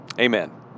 Amen